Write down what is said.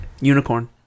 Unicorn